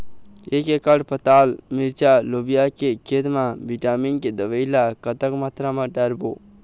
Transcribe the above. एक एकड़ पताल मिरचा लोबिया के खेत मा विटामिन के दवई ला कतक मात्रा म डारबो?